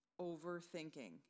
Overthinking